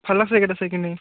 ভাল লাগিছে সেইকেইটা চাই কিনি